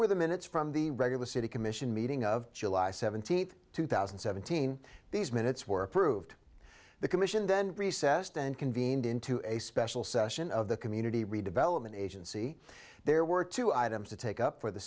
the minutes from the regular city commission meeting of july seventeenth two thousand and seventeen these minutes were approved the commission then recessed and convened into a special session of the community redevelopment agency there were two items to take up for the